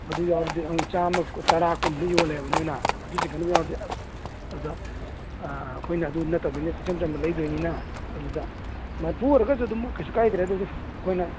ꯑꯗꯨ ꯌꯥꯎꯔꯗꯤ ꯑꯪ ꯆꯥꯝꯃꯒ ꯇꯔꯥ ꯀꯨꯟꯗ ꯌꯣꯜꯂꯦꯕ ꯃꯣꯏꯅ ꯑꯗꯨ ꯆꯤꯡꯈꯠꯅꯕ ꯌꯥꯎꯔꯗꯤ ꯑꯗꯨꯗ ꯑꯩꯈꯣꯏꯅ ꯑꯗꯨ ꯅꯠꯇꯕꯅꯤꯅ ꯏꯆꯝ ꯆꯝꯅ ꯂꯩꯗꯣꯏꯅꯤꯅ ꯑꯗꯨꯗ ꯃꯔꯤꯐꯨ ꯑꯣꯏꯔꯒꯁꯨ ꯑꯗꯨꯝ ꯀꯩꯁꯨ ꯀꯥꯏꯗ꯭ꯔꯦ ꯑꯗꯨꯗꯤ ꯑꯩꯈꯣꯏꯅ